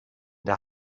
der